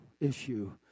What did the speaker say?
issue